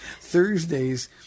Thursdays